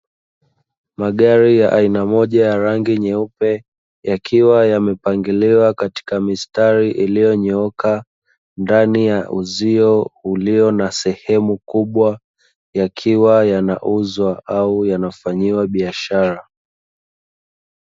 Magari ya aina moja ya rangi nyeupe, yakiwa yamepangiliwa katika mistari iliyonyooka ndani ya uzio ulio na sehemu kubwa yakiwa yanauzwa au yanafanyiwa biashara.